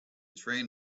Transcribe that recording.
train